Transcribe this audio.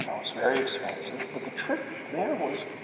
you know was very expensive. but the trick there was